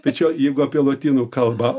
tai čia jeigu apie lotynų kalbą